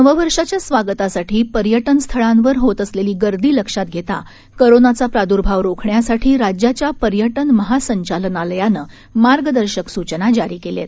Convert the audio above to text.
नववर्षाच्या स्वागतासाठी पर्यटनस्थळांवर होत असलेली गर्दी लक्षात घेता कोरोनाचा प्रादुर्भाव रोखण्यासाठी राज्याच्या पर्यटन महासंचालनालयानं मार्गदर्शक स्चना जारी केल्या आहेत